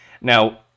Now